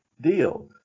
deal